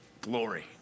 Glory